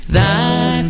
Thy